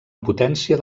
potència